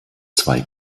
zwei